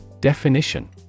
Definition